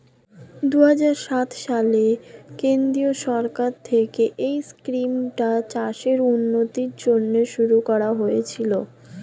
দুহাজার সাত সালে কেন্দ্রীয় সরকার থেকে এই স্কিমটা চাষের উন্নতির জন্য শুরু করা হয়েছিল